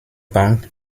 bank